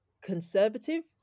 conservative